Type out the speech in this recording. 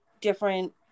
different